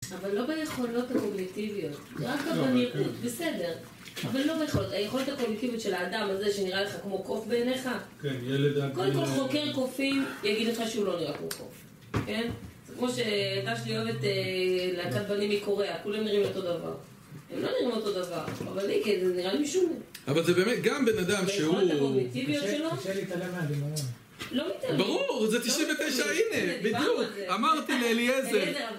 אבל לא ביכולות הקוגניטיביות, רק בבנים, בסדר, היכולת הקוגניטיבית של האדם הזה שנראה לך כמו קוף בעיניך, כן, קודם כל חוקר קופים יאמר לך שלא נראה כמו קוף, כן? זה כמו שהילדה שלי אוהבת להקת בנים מקוריאה. כולם נראים אותו דבר. הם לא נראים אותו דבר, אבל לי כן, זה נראה לי משונה. אבל זה באמת, גם בנאדם שהוא, ביכולות הקוגניטיביות שלו. קשה להתעלם מהדמיון. לא מתעלמים, ברור, זה 99 הנה בדיוק אמרתי לאליעזר